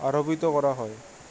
আৰূপিত কৰা হয়